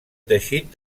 teixit